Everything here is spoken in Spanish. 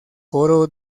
coro